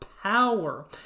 power